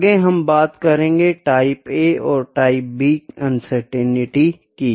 आगे हम बात करेंगे टाइप A और टाइप B अनसर्टेनिटी की